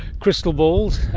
crystal balls,